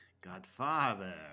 Godfather